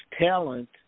talent